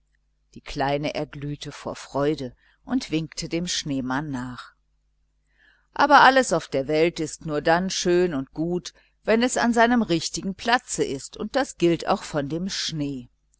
die kleine erglühte vor freude und winkte dem schneemann nach aber alles auf der welt ist nur dann schön und gut wenn es an seinem richtigen platz ist das gilt auch von dem schnee